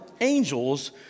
angels